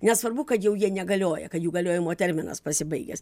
nesvarbu kad jau jie negalioja kad jų galiojimo terminas pasibaigęs